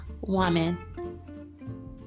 woman